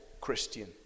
Christian